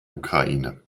ukraine